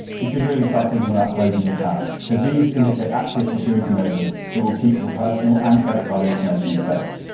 you should really start thinking about closing the tab, because these indicate active security measures that will keep your personal and credit card information safe.